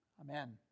amen